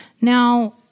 Now